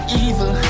evil